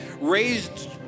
raised